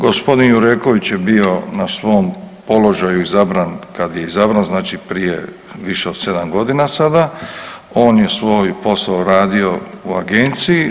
Gospodin Jureković je bio na svom položaju izabran kad je izabran, znači prije više od 7.g. sada, on je svoj posao radio u agenciji.